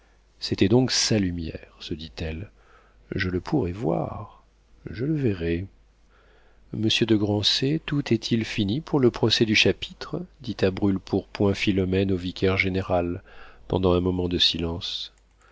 c'était donc sa lumière se dit-elle je le pourrai voir je le verrai monsieur de grancey tout est-il fini pour le procès du chapitre dit à brûle-pourpoint philomène au vicaire-général pendant un moment de silence